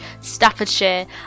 Staffordshire